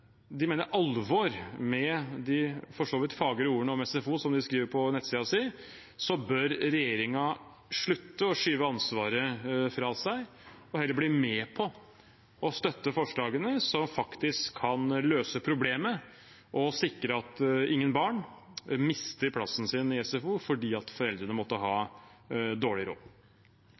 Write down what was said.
de mener alvor med de for så vidt fagre ordene om SFO som de skriver på nettsiden sin, bør regjeringen slutte å skyve ansvaret fra seg og heller bli med på å støtte forslagene, som faktisk kan løse problemet og sikre at ingen barn mister plassen sin i SFO fordi foreldrene har dårlig råd.